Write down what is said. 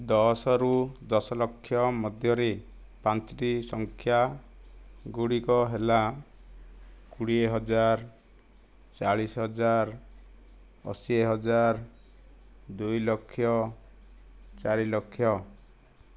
ଦଶରୁ ଦଶଲକ୍ଷ ମଧ୍ୟରେ ପାଞ୍ଚଟି ସଂଖ୍ୟାଗୁଡ଼ିକ ହେଲା କୋଡ଼ିଏହଜାର ଚାଳିଶହଜାର ଅଶିହଜାର ଦୁଇଲକ୍ଷ ଚାରିଲକ୍ଷ